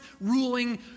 ruling